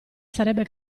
sarebbe